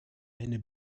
eine